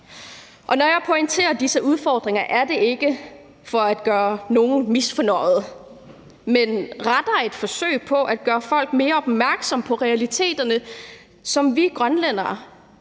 Når jeg pointerer disse udfordringer, er det ikke for at gøre nogen misfornøjede, men rettere et forsøg på at gøre folk mere opmærksomme på realiteterne, som vi grønlændere